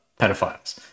pedophiles